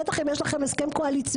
בטח אם יש לכם הסכם קואליציוני,